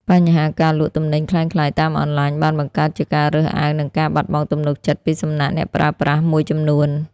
បញ្ហាការលក់ទំនិញក្លែងក្លាយតាមអនឡាញ បានបង្កើតជាការរើសអើង និងការបាត់បង់ទំនុកចិត្តពីសំណាក់អ្នកប្រើប្រាស់មួយចំនួន។